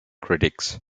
critics